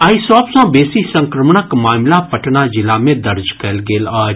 आइ सभ सँ बेसी संक्रमणक मामिला पटना जिला मे दर्ज कयल गेल अछि